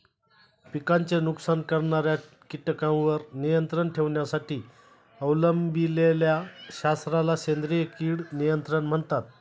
पिकांचे नुकसान करणाऱ्या कीटकांवर नियंत्रण ठेवण्यासाठी अवलंबिलेल्या शास्त्राला सेंद्रिय कीड नियंत्रण म्हणतात